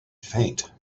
faint